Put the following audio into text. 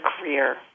career